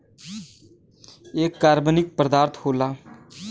एक कार्बनिक पदार्थ होला